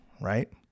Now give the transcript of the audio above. Right